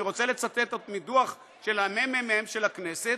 אני רוצה לצטט מדוח של הממ"מ של הכנסת,